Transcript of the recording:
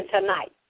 tonight